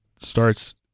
starts